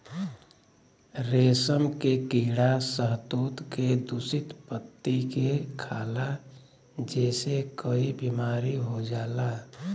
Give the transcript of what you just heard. रेशम के कीड़ा शहतूत के दूषित पत्ती के खाला जेसे कई बीमारी हो जाला